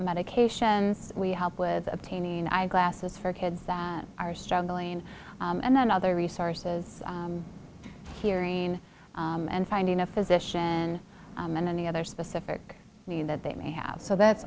medication we help with obtaining eyeglasses for kids that are struggling and then other resources hearing and finding a physician and any other specific need that they may have so that's